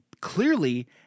clearly